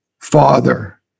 father